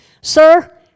Sir